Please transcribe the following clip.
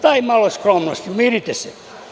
Dajmo malo skromnosti, umirite se.